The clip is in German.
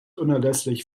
unerlässlich